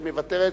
היא מוותרת,